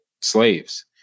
slaves